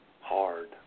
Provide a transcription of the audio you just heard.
Hard